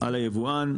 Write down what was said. על היבואן,